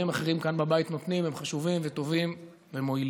אחרים כאן בבית נותנים הם חשובות וטובות ומועילות,